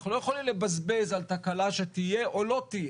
אנחנו לא יכולים לבזבז על תקלה שתהיה או לא תהיה.